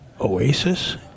Oasis